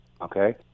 okay